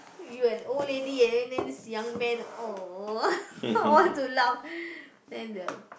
you an old lady and then this young man oh I want to laugh then the